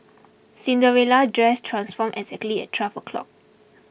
Cinderella's dress transformed exactly at twelve o' clock